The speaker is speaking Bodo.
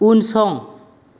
उनसं